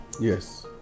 Yes